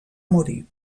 morir